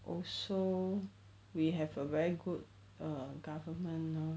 also we have a very good err government ah